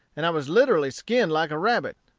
and i was literally skinn'd like a rabbit.